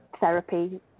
therapy